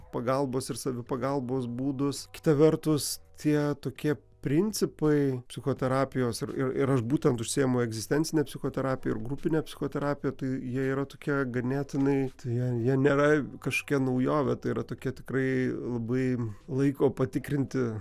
pagalbos ir savipagalbos būdus kita vertus tie tokie principai psichoterapijos ir ir aš būtent užsiimu egzistencine psichoterapija grupine psichoterapija tai jie yra tokie ganėtinai jie jie nėra kažkokia naujovė tai yra tokie tikrai labai laiko patikrinti